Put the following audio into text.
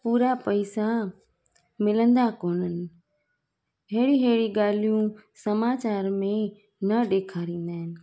पूरा पैसा मिलंदा कोन आहिनि अहिड़ी अहिड़ी ॻाल्हियूं समाचार में न ॾेखारींदा आहिनि